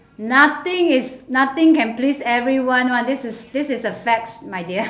nothing is nothing can please everyone [one] this is this is a facts my dear